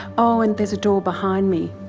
oh and there's a door behind me.